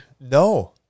No